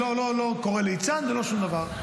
אני לא קורא "ליצן" ולא שום דבר.